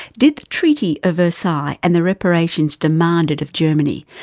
did the treaty of versailles and the reparations demanded of germany,